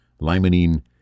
limonene